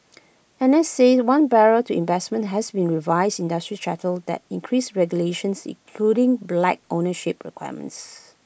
analysts say one barrier to investment has been A revised industry charter that increases regulations including black ownership requirements